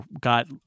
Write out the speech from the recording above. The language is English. got